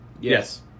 yes